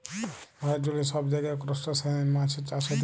ভারত জুড়ে সব জায়গায় ত্রুসটাসিয়ান মাছের চাষ হতিছে